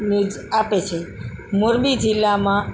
news આપે છે મોરબી જિલ્લામાં